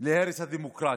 להרס הדמוקרטיה.